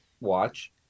watch